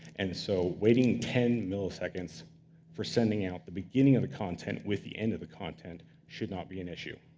and so waiting ten milliseconds for sending out the beginning of the content with the end of the content should not be an issue.